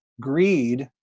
greed